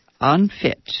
Unfit